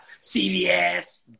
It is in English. CVS